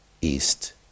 East